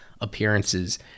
appearances